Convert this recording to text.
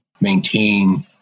maintain